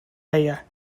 layer